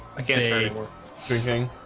i get a drinking.